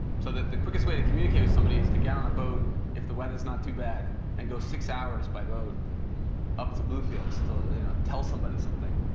so that the quickest way to communicate with somebody is to on a boat, if the weather is not too bad, and go six hours by boat up to blue fields to tell somebody something.